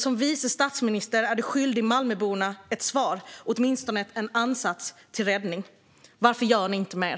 Som vice statsminister är du skyldig Malmöborna ett svar, åtminstone en ansats till räddning. Varför gör ni inte mer?